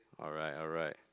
alright alright